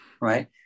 right